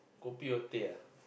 kopi or teh ah